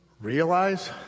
realize